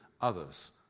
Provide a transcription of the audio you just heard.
others